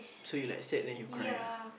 so you like sad then you cry ah